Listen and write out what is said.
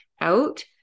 out